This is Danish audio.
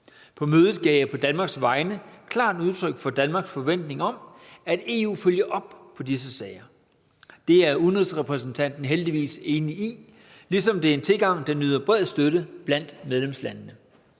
På mødet gav jeg på Danmarks vegne klart udtryk for Danmarks forventning om, at EU følger op på disse sager. Det er udenrigsrepræsentanten heldigvis enig i, ligesom det er en tilgang, der nyder bred støtte blandt medlemslandene.